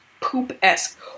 Poop-esque